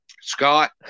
Scott